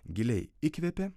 giliai įkvėpė